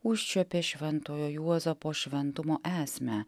užčiuopė šventojo juozapo šventumo esmę